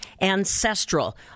Ancestral